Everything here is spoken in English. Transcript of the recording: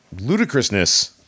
ludicrousness